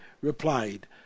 replied